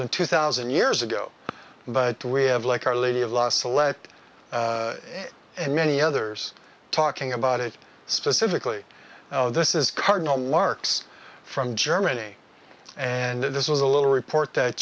than two thousand years ago but we have like our lady of last select and many others talking about it specifically this is cardinal marks from germany and this was a little report that